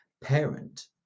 parent